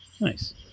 Nice